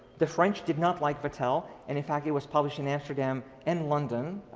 the french did not like vattel. and in fact, he was published in amsterdam and london.